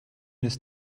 ist